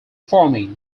farming